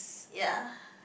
ya